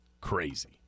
crazy